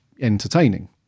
entertaining